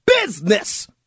business